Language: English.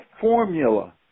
formula